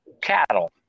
cattle